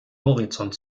horizont